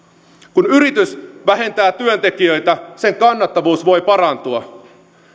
kun yritys vähentää työntekijöitä sen kannattavuus voi parantua